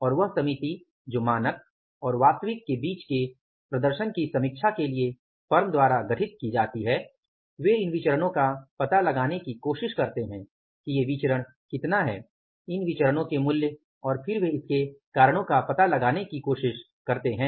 और वह समिति जो मानक और वास्तविक के बीच के प्रदर्शन की समीक्षा के लिए फर्म द्वारा गठित की जाती है वे इन विचरणो का पता लगाने की कोशिश करते हैं कि ये विचरण कितना हैं इन विचरणो के मूल्य और फिर वे इसके कारणों का पता लगाने की कोशिश करते हैं